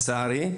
לצערי,